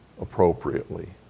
appropriately